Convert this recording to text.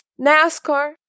NASCAR